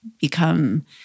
become